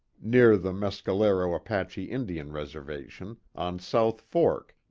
near the mescalero apache indian reservation, on south fork,